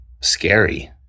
scary